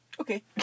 Okay